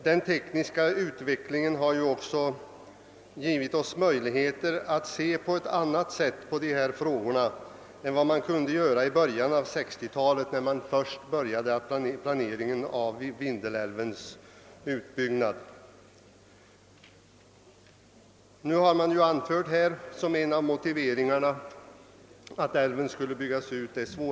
Den tekniska utvecklingen har också gett oss möjlighet att se på ett annat sätt på dessa frågor än vad man kunde göra i början av 1960-talet, när man först började diskutera frågan om Vindelälvens utbyggnad. Man har anfört det svåra sysselsättningsläget i Norrland som en av motiveringarna för att älven skulle byggas ut.